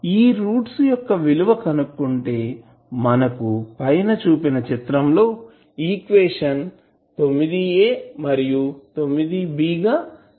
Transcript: ఈ రూట్స్ యొక్క విలువ కనుక్కుంటే మనకు పైన చూపిన చిత్రం లో ఈక్వేషన్ 9 మరియు 9 గా σ విలువలు వస్తాయి